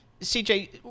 CJ